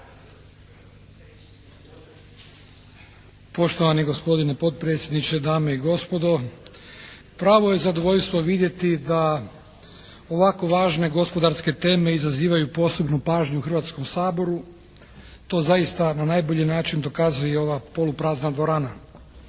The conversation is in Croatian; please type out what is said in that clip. Poštovani gospodine potpredsjedniče, dame i gospodo. Pravo je zadovoljstvo vidjeti da ovako važne gospodarske teme izazivaju posebnu pažnju u Hrvatskom saboru, to zaista na najbolji način dokazuje i ova poluprazna dvorana.